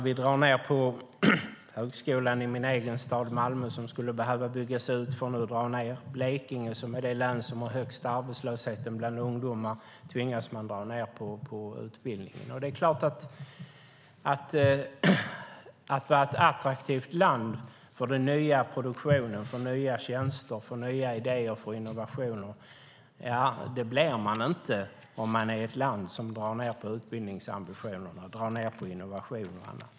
Vi drar ned på högskolan i min egen hemstad Malmö, som skulle behöva byggas ut men nu får dra ned. I Blekinge, som är det landskap som har den högsta arbetslösheten bland ungdomar, tvingas man dra ned på utbildningen. Det är klart att man inte blir ett attraktivt land för ny produktion, nya tjänster, nya idéer och innovationer om man är ett land som drar ned på utbildningsambitionerna och innovationerna.